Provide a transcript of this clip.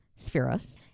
spheros